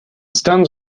stands